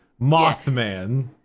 mothman